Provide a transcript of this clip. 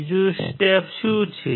બીજું સ્ટેપ શું છે